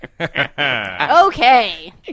Okay